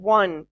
one